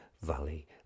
Valley